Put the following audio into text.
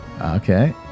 Okay